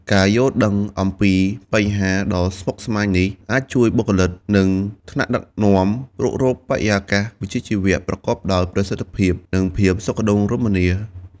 ការយល់ដឹងអំពីបញ្ហារដ៏ស្មុគស្មាញនេះអាចជួយបុគ្គលិក និងថ្នាក់ដឹកនាំរុករកបរិយាកាសវិជ្ជាជីវៈប្រកបដោយប្រសិទ្ធភាព និងភាពសុខដុមរមនា។